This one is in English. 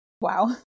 Wow